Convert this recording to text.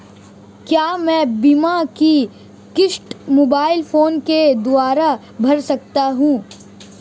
क्या मैं बीमा की किश्त मोबाइल फोन के द्वारा भर सकता हूं?